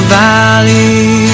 valley